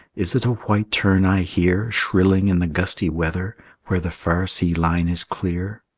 is it a white tern i hear shrilling in the gusty weather where the far sea-line is clear?